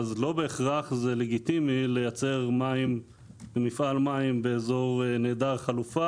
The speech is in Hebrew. אז לא בהכרח זה לגיטימי לייצר מים במפעל מים באזור נעדר חלופה